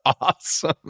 awesome